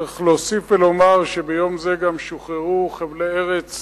צריך להוסיף ולומר שביום זה גם שוחררו חבלי ארץ,